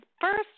first